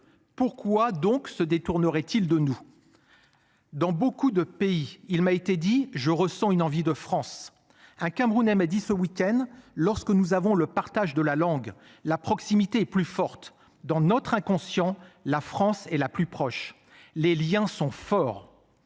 Pourquoi donc se détourneraient-ils de nous. Dans beaucoup de pays, il m'a été dit, je ressens une envie de France. Un camerounais m'a dit ce week-end lorsque nous avons le partage de la langue, la proximité plus fortes dans notre inconscient. La France est la plus proche les Liens sont forts.